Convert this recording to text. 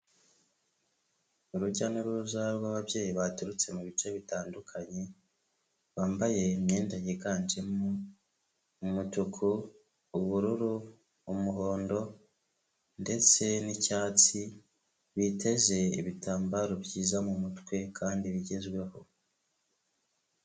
Urujya n'uruza rw'ababyeyi baturutse mu bice bitandukanye, bambaye imyenda yiganjemo umutuku, ubururu, umuhondo ndetse n'icyatsi, biteze ibitambaro byiza mu mutwe kandi bigezweho.